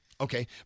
okay